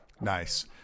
Nice